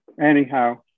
anyhow